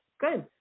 Good